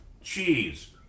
cheese